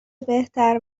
بهتر